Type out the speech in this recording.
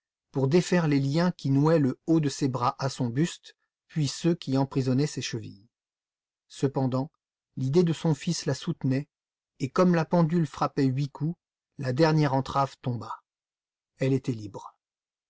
pour défaire les liens qui nouaient le haut de ses bras à son buste puis ceux qui emprisonnaient ses chevilles cependant l'idée de son fils la soutenait et comme la pendule frappait huit coups la dernière entrave tomba elle était libre